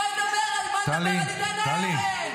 בואי נדבר על עידן האבן,